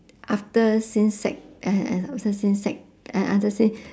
after since sec a~ a~ after since sec a~ after since